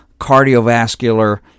cardiovascular